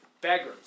beggars